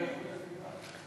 לאיכות הסביבה,